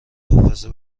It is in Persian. حافظه